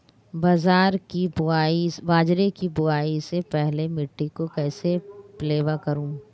बाजरे की बुआई से पहले मिट्टी को कैसे पलेवा करूं?